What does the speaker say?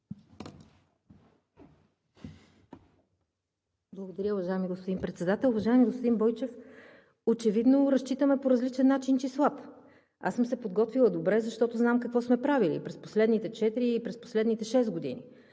Благодаря, уважаеми господин Председател. Уважаеми господин Бойчев, очевидно разчитаме числата по различен начин. Аз съм се подготвила добре, защото знам какво сме правили през последните четири и през последните шест години.